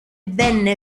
venne